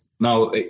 Now